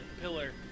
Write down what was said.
pillar